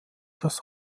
das